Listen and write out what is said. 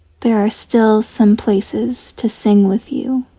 there are still some places to sing with you.